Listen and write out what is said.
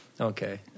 Okay